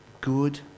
good